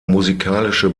musikalische